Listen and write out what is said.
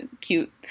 cute